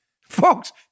Folks